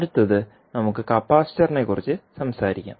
അടുത്തത് നമുക്ക് കപ്പാസിറ്ററിനെക്കുറിച്ച് സംസാരിക്കാം